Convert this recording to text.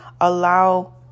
allow